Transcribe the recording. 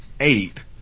eight